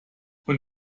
von